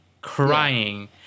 crying